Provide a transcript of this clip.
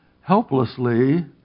helplessly